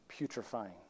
putrefying